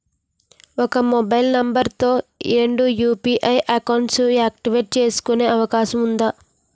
ఒక mobile number తో రెండు యు.పి.ఐ అకౌంట్స్ యాక్టివేట్ చేసుకునే అవకాశం వుందా?